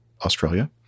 Australia